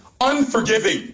unforgiving